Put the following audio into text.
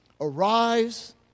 Arise